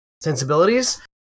sensibilities